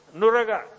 nuraga